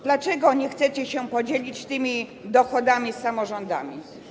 Dlaczego nie chcecie się podzielić tymi dochodami z samorządami?